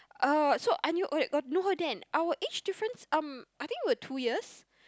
uh so I knew wait got know her then our age difference um I think were two years